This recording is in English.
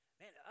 man